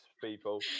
people